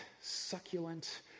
succulent